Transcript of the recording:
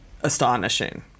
astonishing